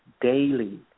daily